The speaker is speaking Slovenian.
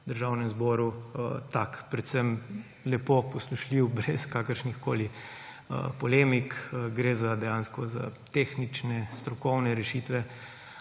Državnem zboru, tak – predvsem lepo poslušljiv, brez kakršnihkoli polemik, gre dejansko za tehnične, strokovne rešitve,